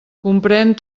comprén